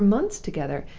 for months together,